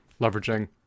leveraging